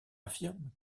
affirment